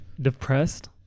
depressed